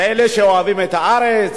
כאלה שאוהבים את הארץ,